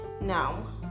now